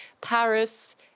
Paris